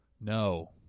no